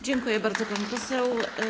Dziękuję bardzo, pani poseł.